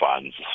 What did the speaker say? funds